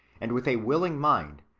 and with a willing mind,